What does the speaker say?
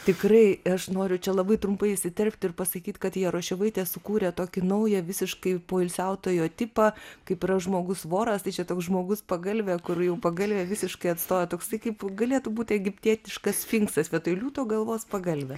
tikrai aš noriu čia labai trumpai įsiterpti ir pasakyti kad jaroševaitė sukūrė tokį naują visiškai poilsiautojo tipą kaip yra žmogus voras tai čia toks žmogus pagalvė kur jau pagalvę visiškai atstojo toksai kaip galėtų būti egiptietiškas sfinksas vietoj liūto galvos pagalvė